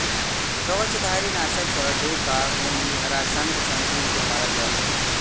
कवचधारीनाशक सॅ डोका, घोंघी, हराशंख सन जीव के मारल जाइत अछि